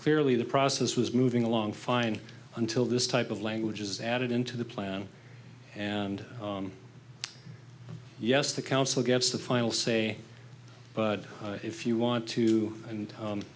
clearly the process was moving along fine until this type of language is added into the plan and yes the council gets the final say but if you want to and